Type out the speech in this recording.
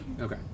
Okay